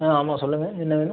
ஆ ஆமாம் சொல்லுங்கள் என்ன வேணும்